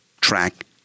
track